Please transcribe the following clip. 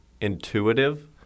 intuitive